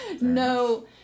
No